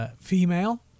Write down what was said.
female